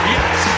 Yes